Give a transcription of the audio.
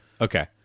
okay